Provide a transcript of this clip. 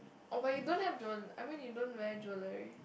oh but you don't have jewel I mean you don't wear jewel right